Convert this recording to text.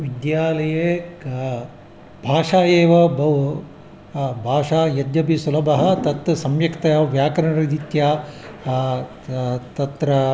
विद्यालये का भाषा एव भाष् भाषा यद्यपि सुलभः तत् सम्यक्तया व्याकरणरीत्या तत्र